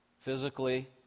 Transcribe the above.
Physically